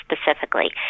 specifically